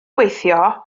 gweithio